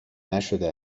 نشده